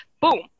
Boom